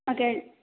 okay